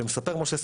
ומספר משה סעדה,